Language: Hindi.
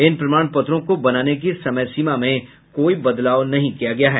इन प्रमाण पत्रों को बनाने की समय सीमा में कोई बदलाव नहीं किया गया है